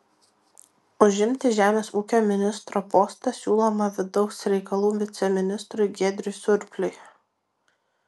užimti žemės ūkio ministro postą siūloma vidaus reikalų viceministrui giedriui surpliui